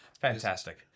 Fantastic